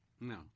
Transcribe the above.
No